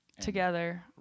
together